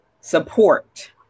support